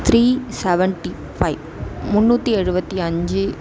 three seventy five முந்நூற்றி எழுபத்தி அஞ்சு